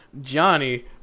Johnny